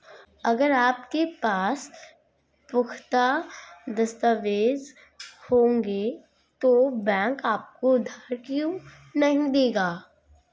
अगर आपके पास पुख्ता दस्तावेज़ होंगे तो बैंक आपको उधार क्यों नहीं देगा?